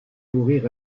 mourir